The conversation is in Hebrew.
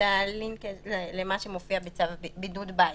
את החיבור למה שמופיע בצו בידוד בית.